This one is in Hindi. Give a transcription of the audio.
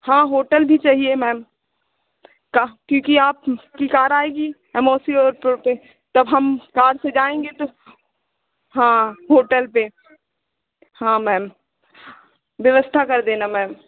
हाँ होटल भी चाहिए मैम कः क्योंकि आपकी कार आएगी एमौसी एयरपोर्ट पर तब हम कार से जाएँगे तो हाँ होटल पर हाँ मैम व्यवस्था कर देना मैम